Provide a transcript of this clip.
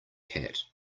cat